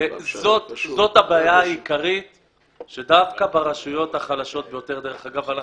זאת הבעיה העיקרית שדווקא ברשויות החלשות דרך אגב,